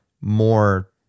more